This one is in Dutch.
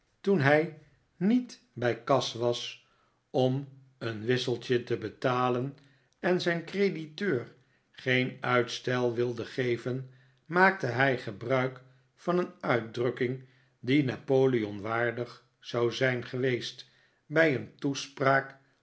toen hij niet bij kas was om een wisseltje te betalen en zijn crediteur geen u itstel wilde geven maakte hij gebruik van een uitdrukking die napoleon waardig zou zijn geweest bij een toespraak